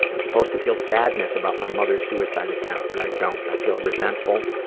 i'm supposed to feel sadness about my mother's suicide attempt but i don't. i feel resentful,